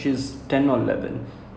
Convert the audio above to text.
lakshmi lakshmi